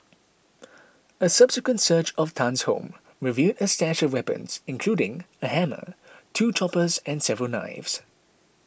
a subsequent search of Tan's home revealed a stash of weapons including a hammer two choppers and several knives